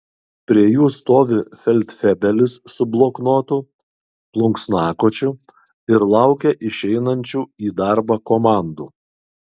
prie jų stovi feldfebelis su bloknotu plunksnakočiu ir laukia išeinančių į darbą komandų